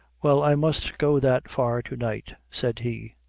well, i must go that far to-night, said he.